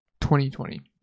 2020